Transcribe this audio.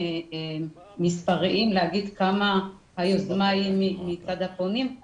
מספריים להגיד כמה היוזמה היא מצד הפונים.